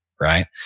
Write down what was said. right